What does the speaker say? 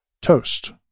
Toast